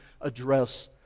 address